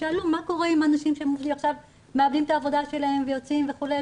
ששאלו מה קורה עם אנשים שעכשיו מאבדים את העבודה שלהם ויוצאים וכולי,